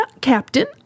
Captain